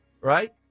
Right